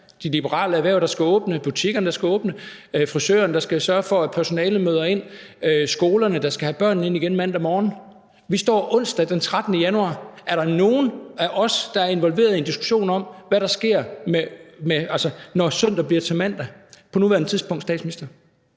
de liberale erhverv, der skal åbne; butikkerne, der skal åbne; frisøren, der skal sørge for, at personalet møder ind; skolerne, der skal have børnene ind igen mandag morgen? Vi står her onsdag den 13. januar. Er der på nuværende tidspunkt nogen af os, der er involverede i en diskussion om, hvad der sker, når søndag bliver til mandag, statsminister?